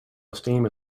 esteem